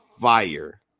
fire